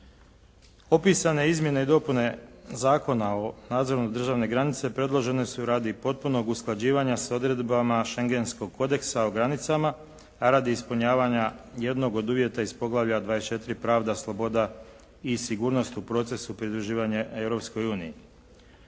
Opisane izmjene i dopune Zakona o nadzoru državne granice predložene su radi potpunog usklađivanja s odredbama schengenskog kodeksa o granicama, a radi ispunjavanja jednog od uvjeta iz poglavlja 24 – Pravda, sloboda i sigurnost u procesu pridruživanja